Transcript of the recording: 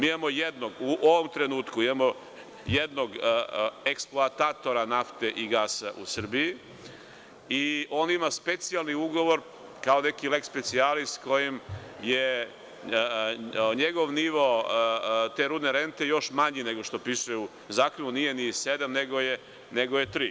U ovom trenutku imamo jednog eksploatatora nafte i gasa u Srbiji i on ima specijalni ugovor kao neki leks specijalis, kojim je njegov nivo te rudne rente još manji nego što piše u zakonu, nije ni 7%, nego 3%